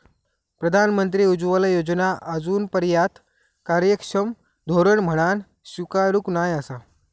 प्रधानमंत्री उज्ज्वला योजना आजूनपर्यात कार्यक्षम धोरण म्हणान स्वीकारूक नाय आसा